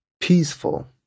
peaceful